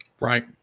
Right